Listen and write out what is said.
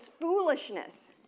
foolishness